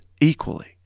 equally